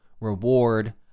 reward